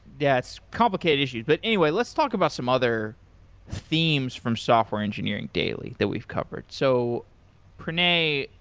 yes, complicated issues. but anyway, let's talk about some other themes from software engineering daily the we've covered. so pranay,